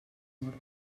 ordre